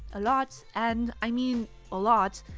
a lot, and i mean a lot,